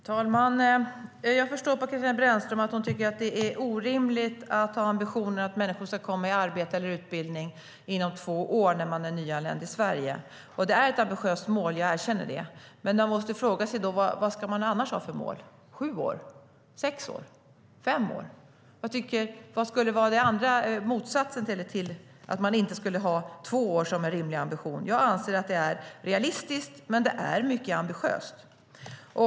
Herr talman! Jag förstår på Katarina Brännström att hon tycker att det är orimligt att ha ambitionen att människor som är nyanlända i Sverige ska komma i arbete eller utbildning inom två år. Det är ett ambitiöst mål; jag erkänner det. Men man måste fråga sig vad man annars ska ha för mål. Sju år? Sex år? Fem år? Vad skulle vara motsatsen till två år som en rimlig ambition? Jag anser att det är realistiskt, men det är mycket ambitiöst.